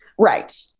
Right